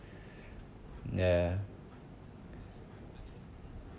ya